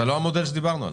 זה לא המודל שדיברנו עליו.